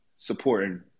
Supporting